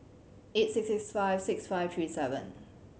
eight six six five six five three seven